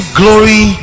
glory